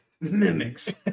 Mimics